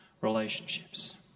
relationships